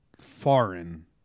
foreign